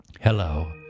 Hello